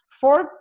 four